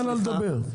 תודה.